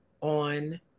on